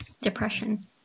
depression